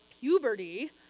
puberty